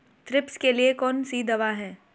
Thrips के लिए कौन सी दवा है?